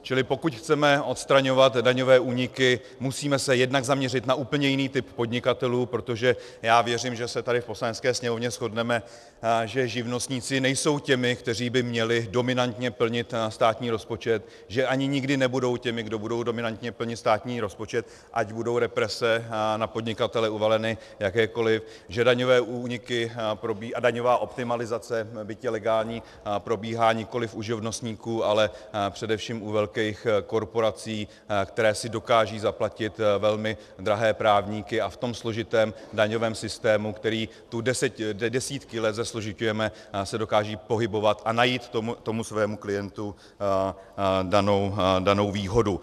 Čili pokud chceme odstraňovat daňové úniky, musíme se jednak zaměřit na úplně jiný typ podnikatelů, protože věřím, že se tady v Poslanecké sněmovně shodneme, že živnostníci nejsou těmi, kteří by měli dominantně plnit státní rozpočet, že ani nikdy nebudou těmi, kdo budou dominantně plnit státní rozpočet, ať budou represe na podnikatele uvaleny jakékoliv, že daňové úniky a daňová optimalizace, byť je legální, probíhá nikoliv u živnostníků, ale především u velkých korporací, které si dokážou zaplatit velmi drahé právníky a v tom složitém daňovém systému, který tu desítky let zesložiťujeme, se dokážou pohybovat a najít tomu svému klientovi danou výhodu.